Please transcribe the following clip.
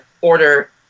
order